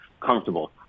comfortable